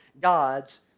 God's